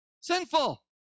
sinful